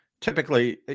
typically